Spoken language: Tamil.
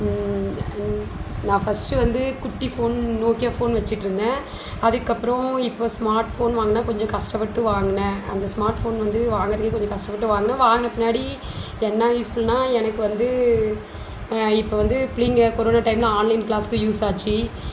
நான் ஃபஸ்ட்டு வந்து குட்டி ஃபோன் நோக்கியா ஃபோன் வச்சிட்டுருந்தேன் அதுக்கு அப்பறம் இப்போது ஸ்மார்ட் ஃபோன் வாங்குனேன் கொஞ்சம் கஷ்டப்பட்டு வாங்குனேன் அந்த ஸ்மார்ட் ஃபோன் வந்து வாங்குறதுக்கே கொஞ்சம் கஷ்டப்பட்டு வாங்குனேன் வாங்குனப்பின்னாடி என்ன யூஸ்ஃபுல்னா எனக்கு வந்து இப்போ வந்து பிள்ளைங்க கொரோனா டைமில் ஆன்லைன் கிளாஸுக்கு யூஸ் ஆச்சு